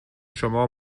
شما